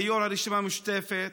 אני יו"ר הרשימה המשותפת.